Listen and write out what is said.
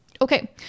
Okay